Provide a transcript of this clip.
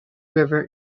river